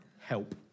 Help